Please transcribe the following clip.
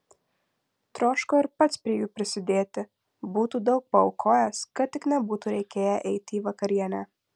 troško ir pats prie jų prisidėti būtų daug paaukojęs kad tik nebūtų reikėję eiti į vakarienę